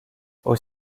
aux